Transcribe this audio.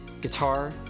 guitar